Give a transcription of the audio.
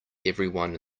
everyone